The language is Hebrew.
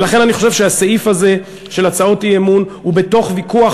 ולכן אני חושב שהסעיף הזה של הצעות אי-אמון הוא בוויכוח,